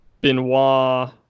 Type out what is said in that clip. benoit